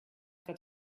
that